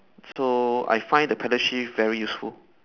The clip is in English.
so I find the pedal shift very useful